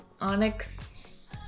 onyx